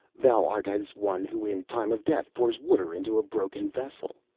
thou art as one who in time of death pours water into a broken vessel.